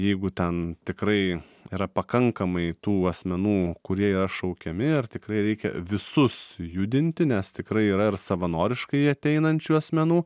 jeigu ten tikrai yra pakankamai tų asmenų kurie yra šaukiami ar tikrai reikia visus judinti nes tikrai yra ir savanoriškai ateinančių asmenų